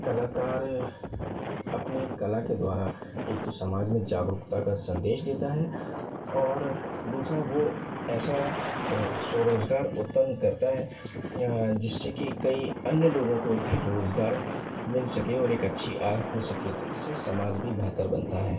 कलाकार अपनी कला के द्वारा एक तो समाज में जागरूकता का संदेश देता है और दूसरा वो ऐसा स्वरोजगार उत्पन्न करता है जिससे कि कई अन्य लोगों को भी रोजगार मिल सके और एक अच्छी आय हो सके तो इससे समाज भी बेहतर बनता है